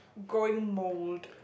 growing mould